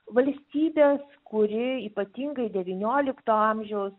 valstybės kuri ypatingai devyniolikto amžiaus